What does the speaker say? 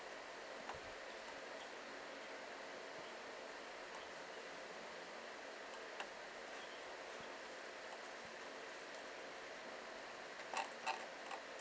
mm